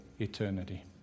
eternity